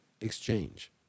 exchange